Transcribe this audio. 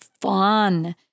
fun